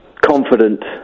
confident